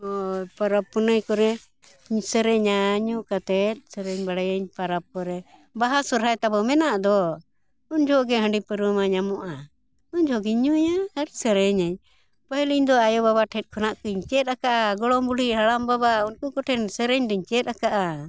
ᱦᱳᱭ ᱯᱚᱨᱚᱵᱽ ᱯᱩᱱᱟᱹᱭ ᱠᱚᱨᱮ ᱤᱧ ᱥᱮᱨᱮᱧᱟᱹᱧ ᱧᱩ ᱠᱟᱛᱮᱫ ᱥᱮᱨᱮᱧ ᱵᱟᱲᱟᱭᱟᱹᱧ ᱯᱚᱨᱚᱵᱽ ᱠᱚᱨᱮ ᱵᱟᱦᱟ ᱥᱚᱦᱨᱟᱭ ᱛᱟᱵᱚᱱ ᱢᱮᱱᱟᱜ ᱫᱚ ᱩᱱ ᱡᱚᱠᱷᱚᱱ ᱜᱮ ᱦᱟᱺᱰᱤ ᱯᱟᱹᱣᱨᱟᱹ ᱢᱟ ᱧᱟᱢᱚᱜᱼᱟ ᱩᱱ ᱡᱚᱠᱷᱚᱱ ᱜᱤᱧ ᱧᱩᱭᱟ ᱟᱨ ᱥᱮᱨᱮᱧᱟᱹᱧ ᱯᱟᱹᱦᱤᱞ ᱤᱧᱫᱚ ᱟᱭᱳ ᱵᱟᱵᱟ ᱴᱷᱮᱱ ᱠᱷᱚᱱᱟᱜ ᱜᱚᱧ ᱪᱮᱫ ᱟᱠᱟᱜᱼᱟ ᱜᱚᱲᱚᱢ ᱵᱩᱰᱷᱤ ᱦᱟᱲᱟᱢ ᱵᱟᱵᱟ ᱩᱱᱠᱩ ᱠᱚᱴᱷᱮᱱ ᱥᱮᱨᱮᱧ ᱞᱤᱧ ᱪᱮᱫ ᱟᱠᱟᱜᱼᱟ